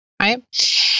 Right